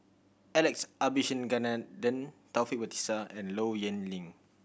Alex Abisheganaden Taufik Batisah and Low Yen Ling